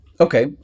Okay